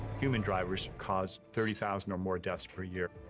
human drivers cause thirty thousand or more deaths per year.